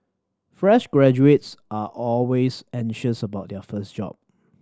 fresh graduates are always anxious about their first job